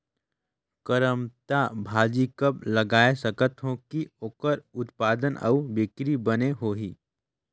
करमत्ता भाजी कब लगाय सकत हो कि ओकर उत्पादन अउ बिक्री बने होही?